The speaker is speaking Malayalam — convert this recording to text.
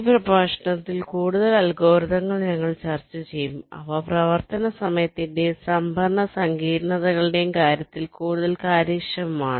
ഈ പ്രഭാഷണത്തിൽ കൂടുതൽ അൽഗോരിതങ്ങൾ ഞങ്ങൾ ചർച്ചചെയ്യും അവ പ്രവർത്തന സമയത്തിന്റെയും സംഭരണ സങ്കീർണ്ണതകളുടെയും കാര്യത്തിൽ കൂടുതൽ കാര്യക്ഷമമാണ്